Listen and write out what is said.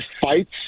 fights